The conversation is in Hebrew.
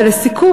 ולסיכום,